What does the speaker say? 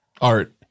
art